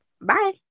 Bye